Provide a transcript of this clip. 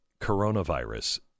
Coronavirus